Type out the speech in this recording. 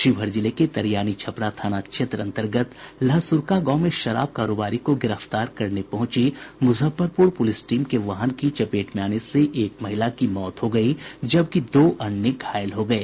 शिवहर जिले के तरियानी छपरा थाना अंतर्गत लहसुरका गांव में शराब कारोबारी को गिरफ्तार करने पहुंची मुजफ्फरपुर पुलिस टीम के वाहन की चपेट में आने से एक महिला की मौत हो गयी जबकि दो अन्य घायल हो गये